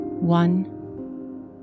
One